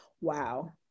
Wow